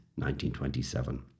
1927